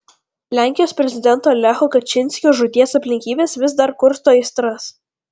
lenkijos prezidento lecho kačynskio žūties aplinkybės vis dar kursto aistras